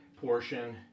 portion